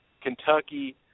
Kentucky